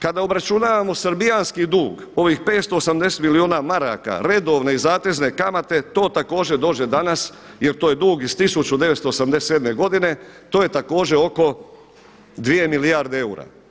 Kada obračunavamo srbijanski dug ovih 580 milijuna maraka redovne i zatezne kamate to također dođe danas, jer to je dug iz 1987. godine, to je također oko 2 milijarde eura.